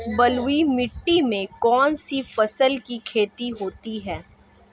बलुई मिट्टी में कौनसी फसल की खेती होती है?